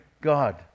God